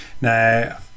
Now